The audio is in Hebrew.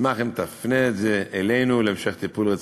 אשמח אם תפנה את זה אלינו להמשך טיפול רציני.